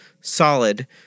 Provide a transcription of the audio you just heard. solid